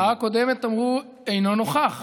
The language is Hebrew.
בהצבעה הקודמת אמרו: אינו נוכח.